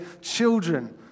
children